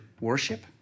worship